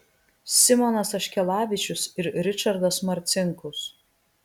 simonas aškelavičius ir ričardas marcinkus